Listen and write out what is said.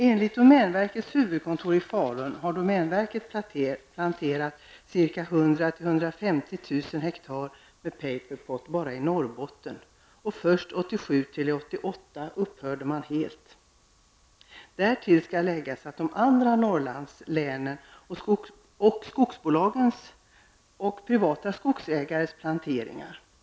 Enligt domänverkets huvudkontor i Falun har domänverket planterat ca 100 000--150 000 ha med paperpot bara i Norrbotten, och först 1987--1988 upphörde man helt med detta. Därtill skall läggas de andra Norrlandslänens skogsbolagens och privata skogsägares planteringar.